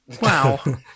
Wow